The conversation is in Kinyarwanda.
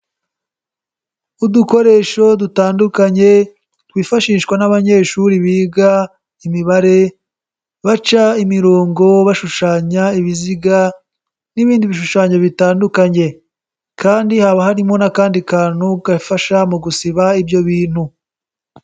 Udukoresho dutandukanye twifashishwa n'abanyeshuri biga imibare baca imirongo, bashushanya ibiziga n'ibindi bishushanyo bitandukanye kandi haba harimo n'akandi kantu gafasha mu gusiba ibyo bintu.